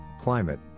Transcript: climate